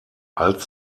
als